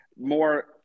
more